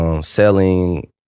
selling